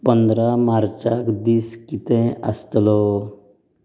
पंदरा मार्चाक दीस कितें आसतलो